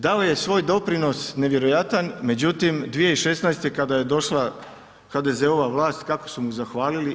Dao je svoj doprinos nevjerojatno međutim, 2016. kada je došla HDZ-ova vlast, kako su mu zahvalili?